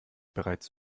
bereits